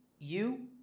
you,